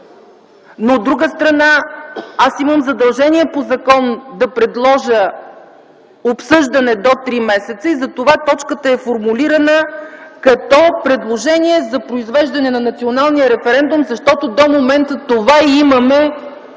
От друга страна, аз имам задължение по закон да предложа обсъждане до три месеца, затова точката е формулирана като „Предложение за произвеждане на национален референдум”, защото до момента това имаме